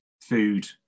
food